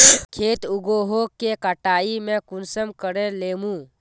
खेत उगोहो के कटाई में कुंसम करे लेमु?